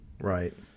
Right